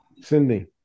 Cindy